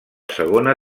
segona